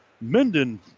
Minden